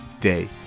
day